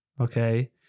Okay